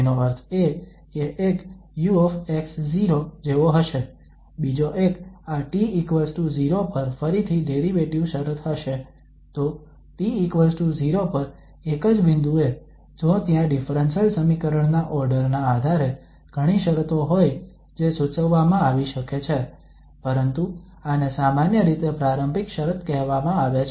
તેનો અર્થ એ કે એક ux0 જેવો હશે બીજો એક આ t0 પર ફરીથી ડેરિવેટિવ શરત હશે તો t0 પર એક જ બિંદુએ જો ત્યાં ડિફરન્સલ સમીકરણ ના ઓર્ડર ના આધારે ઘણી શરતો હોઈ જે સૂચવવામાં આવી શકે છે પરંતુ આને સામાન્ય રીતે પ્રારંભિક શરત કહેવામાં આવે છે